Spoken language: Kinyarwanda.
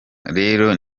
rero